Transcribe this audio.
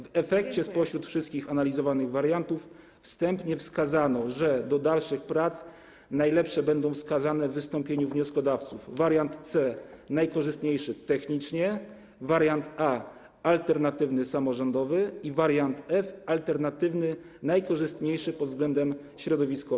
W efekcie spośród wszystkich analizowanych wariantów wstępnie wskazano, że do dalszych prac najlepsze będą warianty wskazane w wystąpieniu wnioskodawców: wariant C - najkorzystniejszy technicznie, wariant A - alternatywny, samorządowy i wariant F - alternatywny, najkorzystniejszy pod względem środowiskowym.